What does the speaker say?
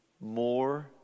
more